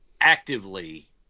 actively